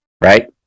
right